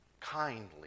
kindly